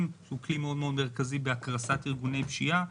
שהוא כלי מאוד מרכזי בהקרסת ארגוני פשיעה.